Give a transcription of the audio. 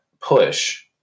push